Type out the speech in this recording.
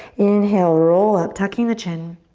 inhale, roll up, tucking the chin.